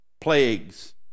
plagues